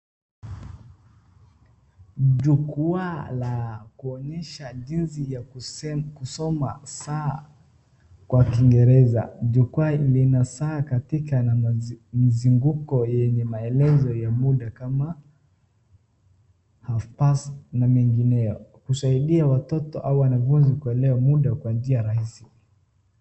Jukwaa la kuonyesha jinsi ya kusoma kwa kingereza. Jukwaa lina saa kwa mzunguko yenye maelezo ya muda kama Hal Past husaidia watoto au wanafunzi kuelewa muda kwa njia rahisi.